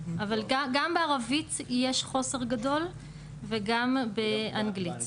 אבל גם בערבית יש חוסר גדול וגם באנגלית.